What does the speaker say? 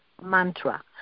mantra